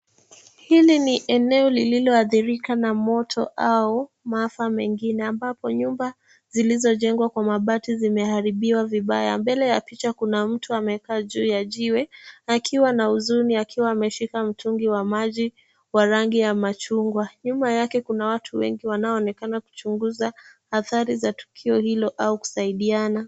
Hili ni eneo lililoathirika na moto au maafa mengine ambapo nyumba zilizojengwa kwa mabati zimeharibiwa vibaya. Mbele ya picha kuna mtu amekaa juu ya jiwe akiwa na huzuni akiwa ameshika mtungi wa maji wa rangi ya machungwa. Nyuma yake kuna watu wengi wanaonekana kuchunguza athari za tukio hilo au kusaidiana.